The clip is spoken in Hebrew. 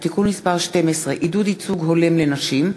(תיקון מס' 12) (עידוד ייצוג הולם לנשים),